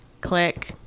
Click